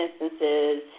instances